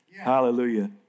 Hallelujah